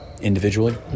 individually